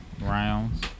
rounds